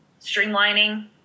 streamlining